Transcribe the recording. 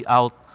out